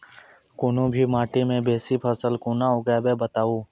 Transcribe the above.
कूनू भी माटि मे बेसी फसल कूना उगैबै, बताबू?